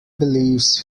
believes